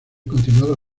continuado